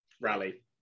Rally